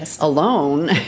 alone